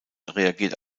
reagiert